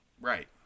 Right